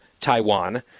Taiwan